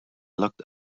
locked